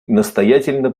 настоятельно